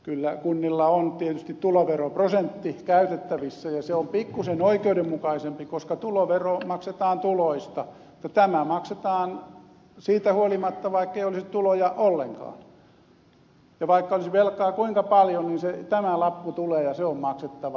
kyllä kunnilla on tietysti tuloveroprosentti käytettävissä ja se on pikkuisen oikeudenmukaisempi koska tuloveroa maksetaan tuloista ja tämä maksetaan siitä huolimatta ettei olisi tuloja ollenkaan ja vaikka olisi velkaa kuinka paljon niin tämä lappu tulee ja se on maksettava